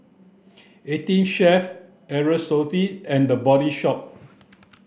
EighteenChef Aerosoles and The Body Shop